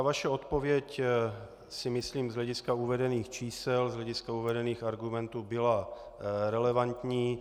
Vaše odpověď, myslím, z hlediska uvedených čísel, z hlediska uvedených argumentů byla relevantní.